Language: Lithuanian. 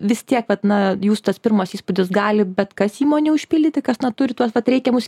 vis tiek vat na jūsų tas pirmas įspūdis gali bet kas įmonę užpildyti kas na turi tuos vat reikiamus